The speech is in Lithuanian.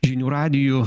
žinių radiju